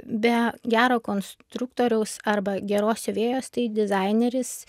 be gero konstruktoriaus arba geros siuvėjos tai dizaineris